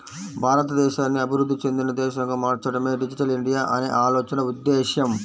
భారతదేశాన్ని అభివృద్ధి చెందిన దేశంగా మార్చడమే డిజిటల్ ఇండియా అనే ఆలోచన ఉద్దేశ్యం